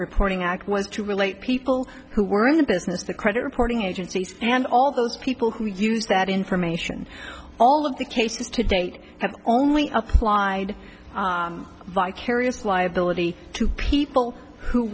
reporting act was to relate people who were in the business the credit reporting agencies and all those people who use that information all of the cases to date and only applied vicarious liability to people who